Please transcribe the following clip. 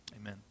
Amen